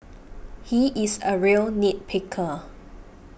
he is a real nit picker